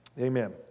Amen